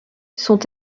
sont